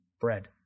bread